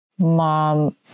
mom